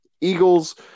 Eagles